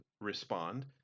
respond